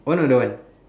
want or don't want